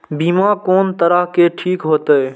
बीमा कोन तरह के ठीक होते?